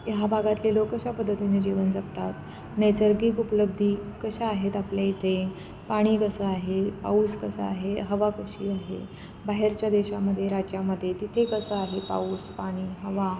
ह्या भागातले लोक कशा पद्धतीने जीवन जगतात नैसर्गिक उपलब्धी कशा आहेत आपल्या इथे पाणी कसं आहे पाऊस कसा आहे हवा कशी आहे बाहेरच्या देशामध्ये राज्यामध्ये तिथे कसं आहे पाऊस पाणी हवा